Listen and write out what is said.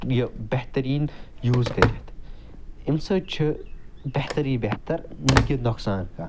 یہِ بہتریٖن یوٗز کٔرِتھ اَمہِ سۭتۍ چھُ بہترٕے بہتر نَہ کہِ نۄقصان کانٛہہ